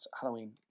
Halloween